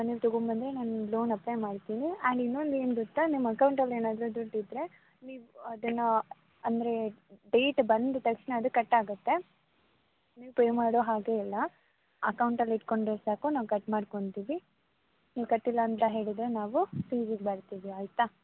ನೀವು ತಗೊಂಡ್ಬಂದ್ರೆ ನಾನು ನಿಮ್ಮ ಲೋನ್ ಅಪ್ಲೈ ಮಾಡ್ತೀನಿ ಆ್ಯಂಡ್ ಇನ್ನೊಂದು ಏನು ಗೊತ್ತಾ ನಿಮ್ಮ ಅಕೌಂಟಲ್ಲಿ ಏನಾದ್ರೂ ದುಡ್ಡು ಇದ್ದರೆ ನೀವು ಅದನ್ನು ಅಂದರೆ ಡೇಟ್ ಬಂದ ತಕ್ಷಣ ಅದು ಕಟ್ಟಾಗುತ್ತೆ ನೀವು ಪೇ ಮಾಡೋ ಹಾಗೆ ಇಲ್ಲ ಅಕೌಂಟಲ್ಲಿ ಇಟ್ಟುಕೊಂಡ್ರೆ ಸಾಕು ನಾವು ಕಟ್ ಮಾಡ್ಕೊತೀವಿ ನೀವು ಕಟ್ಟಿಲ್ಲ ಅಂತ ಹೇಳಿದರೆ ನಾವು ಸೀಜಿಗೆ ಬರ್ತೀವಿ ಆಯ್ತಾ